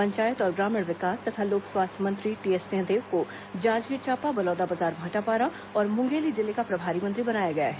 पंचायत और ग्रामीण विकास तथा लोक स्वास्थ्य मंत्री टीएस सिंहदेव को जांजगीर चांपा बलौदाबाजार भाटापारा और मुंगेली जिले का प्रभारी मंत्री बनाया गया है